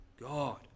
God